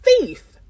thief